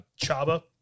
Chaba